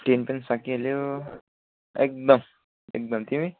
ten पनि सकिहाल्यो एकदम एकदम तिमी